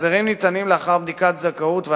ההחזרים ניתנים לאחר בדיקת זכאות של הניצולים